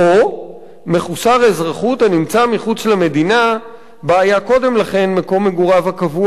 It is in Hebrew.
או מחוסר אזרחות הנמצא מחוץ למדינה שבה היה קודם לכן מקום מגוריו הקבוע,